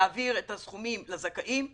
להעביר את הסכומים לזכאים בתוך 12 ל-14 יום.